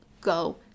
go